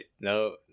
no